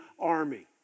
army